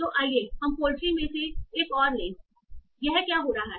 तो आइए हम पोल्ट्री में से एक और लें यह क्या हो रहा है